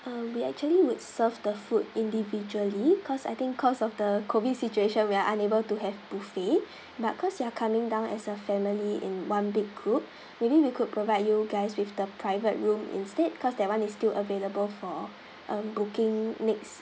um we actually would serve the food individually cause I think cause of the COVID situation we are unable to have buffet but cause you are coming down as a family in one big group maybe we could provide you guys with the private room instead cause that one is still available for err booking next